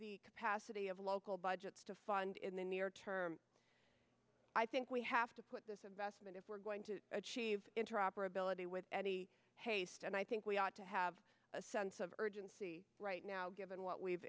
the capacity of local budgets to fund in the near term i think we have to put this investment if we're going to achieve interoperability with eddie haste and i think we ought to have a sense of urgency right now given what we've